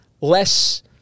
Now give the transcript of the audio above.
less